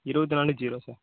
இருபத்தி நாலு zero sir